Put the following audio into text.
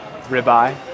ribeye